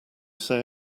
say